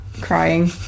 crying